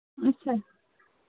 اَچھا